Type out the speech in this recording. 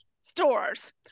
stores